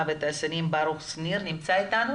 ספיר, כן, אנחנו איתך.